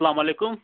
اَسلامُ علیکُم